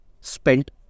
spent